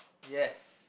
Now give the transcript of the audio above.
yes